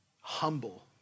humble